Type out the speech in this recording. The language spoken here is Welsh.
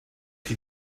chi